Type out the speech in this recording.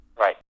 Right